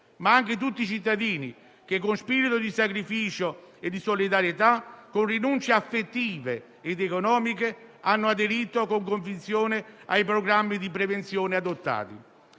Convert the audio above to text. ma anche tutti i cittadini che con spirito di sacrificio e di solidarietà, con rinunce affettive ed economiche hanno aderito con convinzione ai programmi di prevenzione adottati.